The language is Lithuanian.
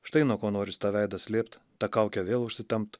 štai nuo ko norisi tą veidą slėpt tą kaukę vėl užsitempt